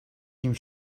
cream